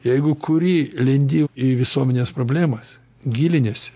jeigu kuri lendi į visuomenės problemas giliniesi